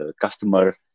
customer